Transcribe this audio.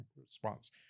response